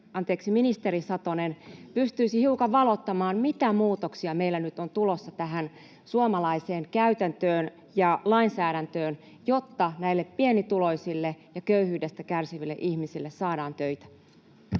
ministeri Satonen, pystyisi hiukan valottamaan, mitä muutoksia meillä nyt on tulossa tähän suomalaiseen käytäntöön ja lainsäädäntöön, jotta näille pienituloisille ja köyhyydestä kärsiville ihmisille saadaan töitä.